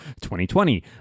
2020